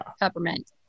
peppermint